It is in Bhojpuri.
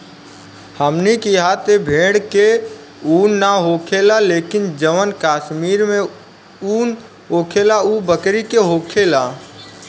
हमनी किहा त भेड़ के उन ना होखेला लेकिन जवन कश्मीर में उन होखेला उ बकरी के होखेला